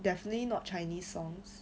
definitely not chinese songs